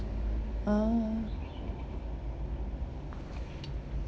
uh